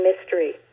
mystery